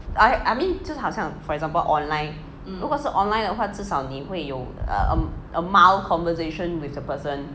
I I mean 就是好像 for example online 如果是 online 的话至少你会有 err a mild conversation with the person